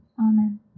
Amen